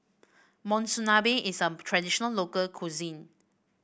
monsunabe is a traditional local cuisine